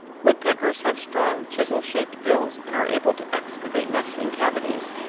woodpeckers have strong, chisel-shaped bills and are able to excavate nesting cavities,